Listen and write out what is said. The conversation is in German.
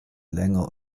länger